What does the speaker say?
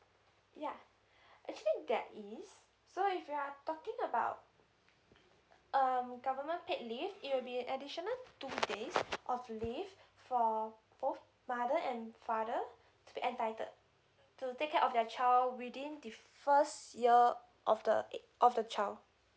yeah actually that means so if you are talking about um government paid leave it will be additional two days of leave for both mother and father to be entitled to take care of their child within the first year of the eh~ of the child